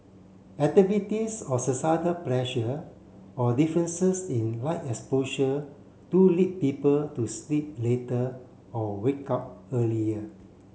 activities or societal pressure or differences in light exposure do lead people to sleep later or wake up earlier